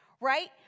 right